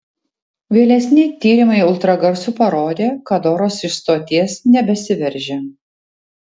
vėlesni tyrimai ultragarsu parodė kad oras iš stoties nebesiveržia